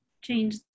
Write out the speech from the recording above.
change